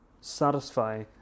satisfy